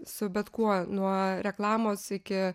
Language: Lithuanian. su bet kuo nuo reklamos iki